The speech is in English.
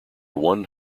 one